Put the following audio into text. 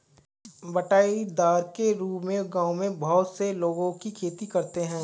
बँटाईदार के रूप में गाँवों में बहुत से लोगों की खेती करते हैं